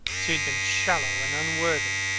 she had been shallow and unworthy.